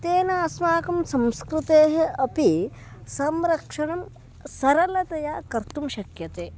तेन अस्माकं संस्कृतेः अपि संरक्षणं सरलतया कर्तुं शक्यते